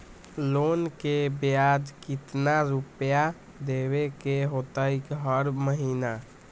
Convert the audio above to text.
Loan के ब्याज कितना रुपैया देबे के होतइ हर महिना?